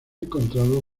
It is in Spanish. encontrado